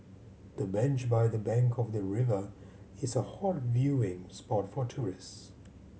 the bench by the bank of the river is a hot viewing spot for tourist